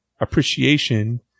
appreciation